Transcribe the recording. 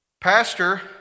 pastor